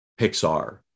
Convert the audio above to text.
Pixar